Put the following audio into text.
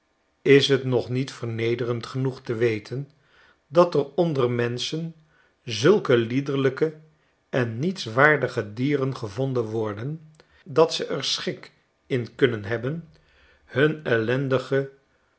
is t nog niet vernederend genoeg te weten dat er onder menschen zulke liederlijke en nietswaardige dieren gevonden worden dat ze r schik in kunnen hebben hun ellendige